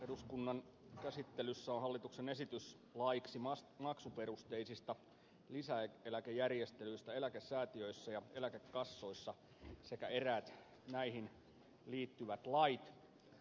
eduskunnan käsittelyssä on hallituksen esitys laiksi maksuperusteisista lisäeläkejärjestelyistä eläkesäätiöissä ja eläkekassoissa sekä eräät näihin liittyvät lait